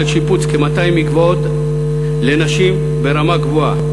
שיפוץ כ-200 מקוואות לנשים ברמה גבוהה.